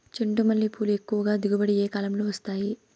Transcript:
చెండుమల్లి పూలు ఎక్కువగా దిగుబడి ఏ కాలంలో వస్తాయి